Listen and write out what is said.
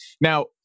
Now